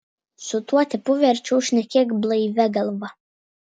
su tuo tipu verčiau šnekėk blaivia galva